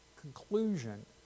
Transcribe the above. conclusion